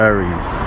Aries